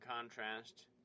contrast